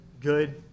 good